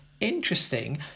Interesting